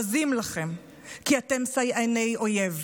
בזים לכם, כי אתם סייעני אויב.